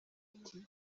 ati